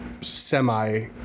semi